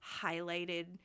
highlighted